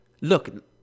look